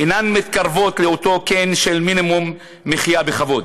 אינן מתקרבות לאותו קו של מינימום מחיה בכבוד.